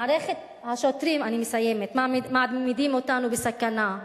מערכת השוטרים, אני מסיימת, מעמידים אותנו בסכנה.